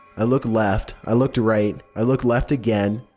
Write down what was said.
i looked left. i looked right. i looked left again.